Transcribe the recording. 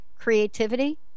creativity